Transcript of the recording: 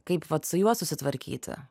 kaip vat su juo susitvarkyti